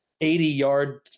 80-yard